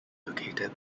located